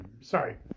Sorry